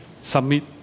submit